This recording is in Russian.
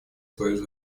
свою